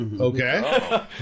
okay